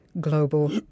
global